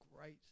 great